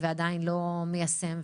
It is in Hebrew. ועדיין לא מיישם,